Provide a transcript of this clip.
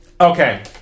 Okay